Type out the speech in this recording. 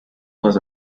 was